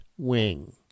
Wing